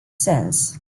sens